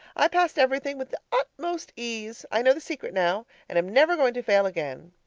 i passed everything with the utmost ease i know the secret now, and am never going to fail again.